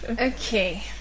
Okay